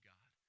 God